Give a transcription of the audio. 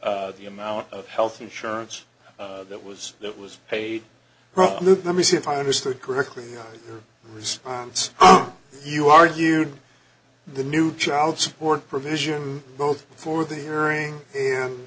e the amount of health insurance that was that was paid let me see if i understood correctly your response you argued the new child support provision both for the hearing